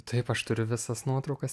taip aš turiu visas nuotraukas